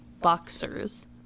boxers